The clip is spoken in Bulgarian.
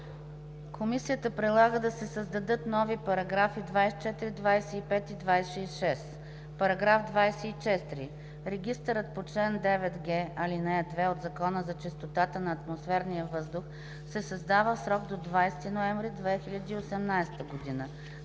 Комисията предлага да се създадат нови параграфи 24, 25 и 26: „§ 24. Регистърът по чл. 9г, ал. 2 от Закона за чистотата на атмосферния въздух се създава в срок до 20 ноември 2018 г.